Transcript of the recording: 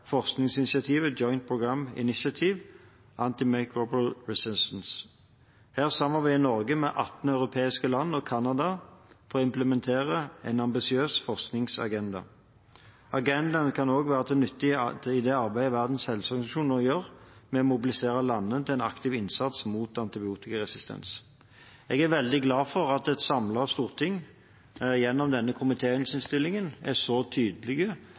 forskningsinitiativet Joint Programme Initiative-Antimicrobial Resistence. Her samarbeider Norge med 18 europeiske land og Canada for å implementere en ambisiøs forskningsagenda. Agendaen kan også være til nytte i det arbeidet Verdens helseorganisasjon nå gjør med å mobilisere landene til en aktiv innsats mot antibiotikaresistens. Jeg er veldig glad for at et samlet storting gjennom denne komitéinnstillingen er så tydelig